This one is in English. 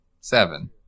Seven